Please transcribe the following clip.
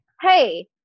hey